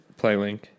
PlayLink